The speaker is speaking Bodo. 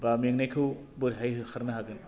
बा मेंनायखौ बोरैहाय होखारनो हागोन